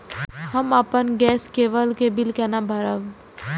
हम अपन गैस केवल के बिल केना भरब?